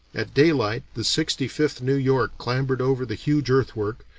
at daylight the sixty-fifth new york clambered over the huge earthwork,